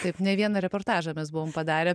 taip ne vieną reportažą mes buvom padarę